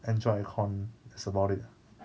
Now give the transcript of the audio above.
enjoy aircon that's about it ah